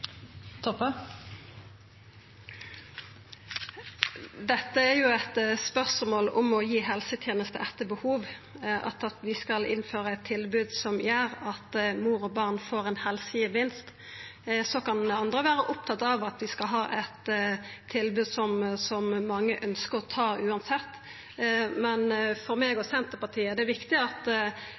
gi helseteneste etter behov, at vi skal innføra eit tilbod som gjer at mor og barn får ein helsegevinst. Så kan andre vera opptatt av at vi skal ha eit tilbod som mange ønskjer å bruka uansett. Men for meg og Senterpartiet er det viktig at